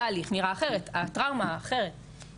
התהליך נראה אחרת, הטראומה אחרת.